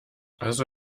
also